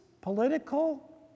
political